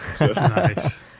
Nice